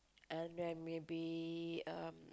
and then maybe um